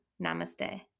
Namaste